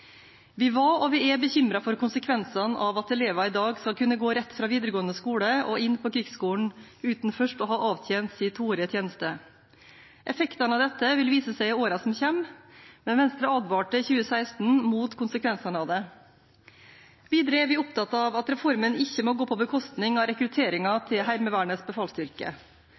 Vi var, og vi er, bekymret for konsekvensene av at elever i dag skal kunne gå rett fra videregående skole og inn på krigsskolen uten først å ha avtjent sin toårige tjeneste. Effektene av dette vil vise seg i årene som kommer, men Venstre advarte i 2016 mot konsekvensene av det. Videre er vi opptatt av at reformen ikke må gå på bekostning av rekrutteringen til Heimevernets befalsstyrke.